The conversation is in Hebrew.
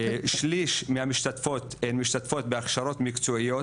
שליש מהמשתתפות משתתפות בהכשרות מקצועיות.